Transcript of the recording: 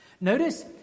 Notice